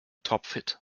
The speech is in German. topfit